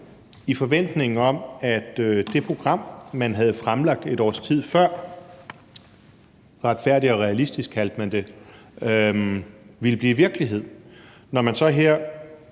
i forventning om, at det program, man havde fremlagt et års tid før problemer – »Retfærdigt og Realistisk« kaldte man det – ville blive virkelighed, når man så her